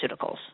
pharmaceuticals